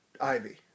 Ivy